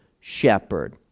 shepherd